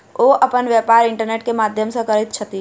ओ अपन व्यापार इंटरनेट के माध्यम से करैत छथि